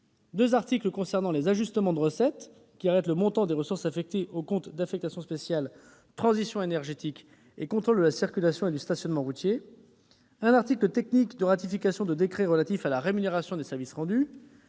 deux articles concernent les ajustements de recettes, qui arrêtent le montant de ressources affectées aux comptes d'affectation spéciale « Transition énergétique » et « Contrôle de la circulation et du stationnement routiers »; un article technique de ratification de décrets relatifs à la rémunération de services rendus